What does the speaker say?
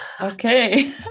Okay